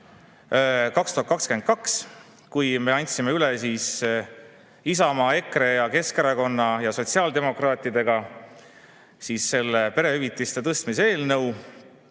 2022, kui me andsime üle Isamaa, EKRE ja Keskerakonna ja sotsiaaldemokraatidega selle perehüvitiste tõstmise eelnõu,